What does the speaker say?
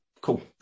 Cool